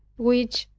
which,